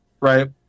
right